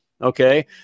Okay